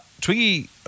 Twiggy